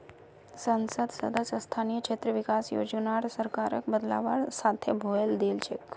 संसद सदस्य स्थानीय क्षेत्र विकास योजनार सरकारक बदलवार साथे भुलई दिल छेक